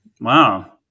Wow